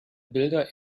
bilder